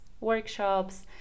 workshops